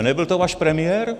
Nebyl to váš premiér?